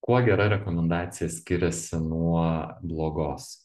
kuo gera rekomendacija skiriasi nuo blogos